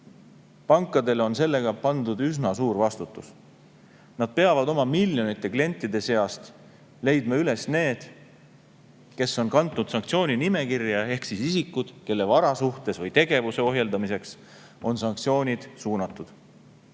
Pankadele on sellega pandud üsna suur vastutus. Nad peavad oma miljonite klientide seast leidma üles need, kes on kantud sanktsiooninimekirja, ehk isikud, kelle varale või tegevuse ohjeldamiseks on sanktsioonid suunatud.